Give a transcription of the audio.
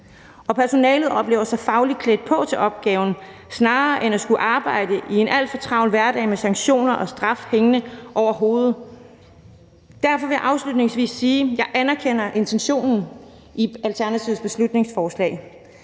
og personalet oplever sig fagligt klædt på til opgaven snarere end at skulle arbejde i en alt for travl hverdag med sanktioner og straf hængende over hovedet. Derfor vil jeg afslutningsvis sige, at jeg anerkender intentionen i Alternativets beslutningsforslag.